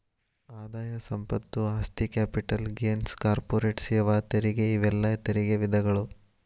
ಆದಾಯ ಸಂಪತ್ತು ಆಸ್ತಿ ಕ್ಯಾಪಿಟಲ್ ಗೇನ್ಸ್ ಕಾರ್ಪೊರೇಟ್ ಸೇವಾ ತೆರಿಗೆ ಇವೆಲ್ಲಾ ತೆರಿಗೆ ವಿಧಗಳು